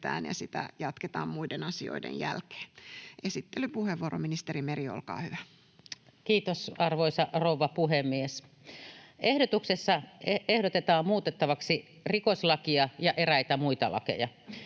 ja sitä jatketaan muiden asioiden jälkeen. — Esittelypuheenvuoro, ministeri Meri, olkaa hyvä. Kiitos, arvoisa rouva puhemies! Ehdotuksessa ehdotetaan muutettavaksi rikoslakia ja eräitä muita lakeja.